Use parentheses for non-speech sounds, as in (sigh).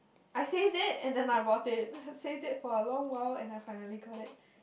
I saved it and then I bought it (laughs) saved it for a long while and then I finally got it